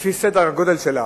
לפי סדר-הגודל שלה